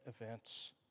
events